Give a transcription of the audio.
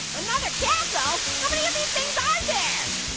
another castle? how many of these things are there?